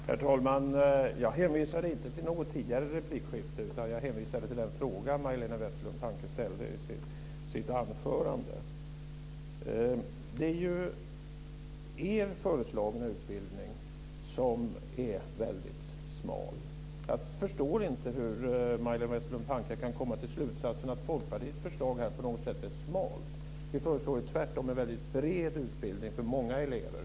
Herr talman! Jag hänvisade inte till något tidigare replikskifte utan jag hänvisade till den fråga som Det är ju er föreslagna utbildning som är väldigt smal. Jag förstår inte hur Majléne Westerlund Panke kan komma till slutsatsen att Folkpartiets förslag på något sätt skulle vara smalt. Vi föreslår tvärtom en väldigt bred utbildning för många elever.